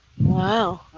wow